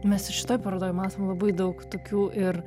mes ir šitoj parodoj matom labai daug tokių ir